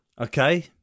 Okay